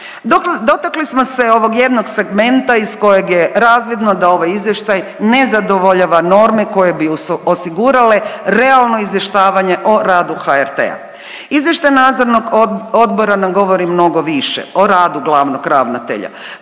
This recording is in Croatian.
Dotakli smo se ovog jednog segmenta iz kojeg je razvidno da ovaj izvještaj ne zadovoljava norme koje bi osigurale realno izvještavanje o radu HRT-a. Izvještaj Nadzornog odbora nam govori mnogo više o radu glavnog ravnatelja.